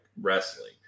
wrestling